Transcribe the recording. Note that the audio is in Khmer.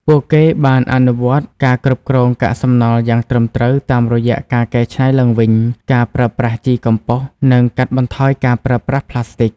ពួកគេបានអនុវត្តការគ្រប់គ្រងកាកសំណល់យ៉ាងត្រឹមត្រូវតាមរយៈការកែច្នៃឡើងវិញ ការប្រើប្រាស់ជីកំប៉ុស និងកាត់បន្ថយការប្រើប្រាស់ប្លាស្ទិក។